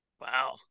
wow